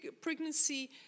pregnancy